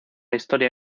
historia